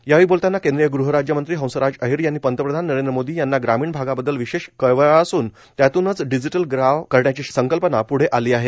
यावेळी बोलताना केंद्रीय गृहराज्यमंत्री हंसराज अहिर यांनी पंतप्रधान नरेंद्र मोदी यांना ग्रामीण भागाबद्दल विशेष कळवळा असून त्यातूनच डिजीटल गाव करण्याची संकल्पना प्ढे आली आहे